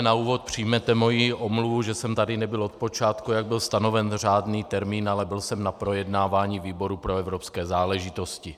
Na úvod přijměte moji omluvu, že jsem tady nebyl od počátku, jak byl stanoven řádný termín, ale byl jsem na projednávání výboru pro evropské záležitosti.